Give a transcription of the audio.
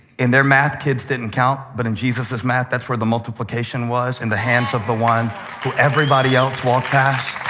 in their math kids didn't and count, but in jesus' math, that's where the multiplication was in the hands of the one everybody else walked past.